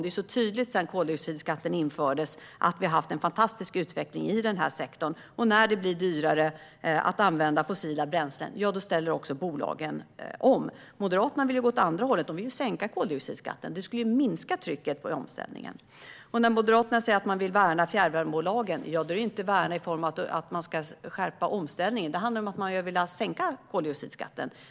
Det är tydligt att den här sektorn har haft en fantastisk utveckling sedan koldioxidskatten infördes. När det blir dyrare att använda fossila bränslen ställer bolagen om. Moderaterna vill gå åt andra hållet. De vill sänka koldioxidskatten. Det skulle minska trycket på omställning. När Moderaterna säger att de vill värna om fjärrvärmebolagen är det inte värna i form av att skärpa omställningen. Det handlar om att man vill sänka koldioxidskatten.